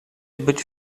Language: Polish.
być